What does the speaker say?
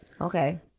Okay